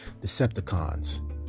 Decepticons